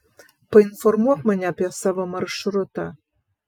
painformuok mane apie savo maršrutą